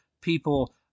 people